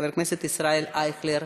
חבר הכנסת ישראל אייכלר,